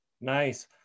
Nice